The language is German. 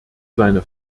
seine